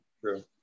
True